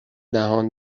دهان